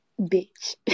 bitch